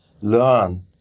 learn